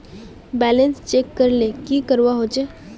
Balance check करले की करवा होचे?